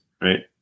right